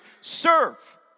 Serve